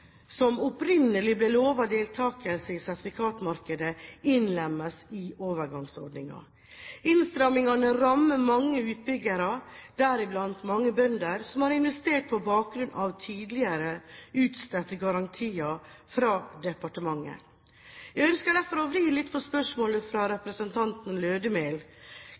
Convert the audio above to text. som opprinnelig ble lovet deltakelse i sertifikatmarkedet, innlemmes i overgangsordningen. Innstrammingen rammer mange utbyggere, deriblant mange bønder, som har investert på bakgrunn av tidligere utstedte garantier fra departementet. Jeg ønsker derfor å vri litt på spørsmålet fra representanten